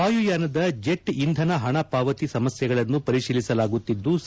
ವಾಯುಯಾನದ jet ಇಂಧನ ಹಣ ಪಾವತಿ ಸಮಸ್ಥೆಗಳನ್ನು ಪರಿಶೀಲಿಸಲಾಗುತ್ತಿದ್ಲು